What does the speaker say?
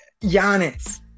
Giannis